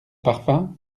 parfum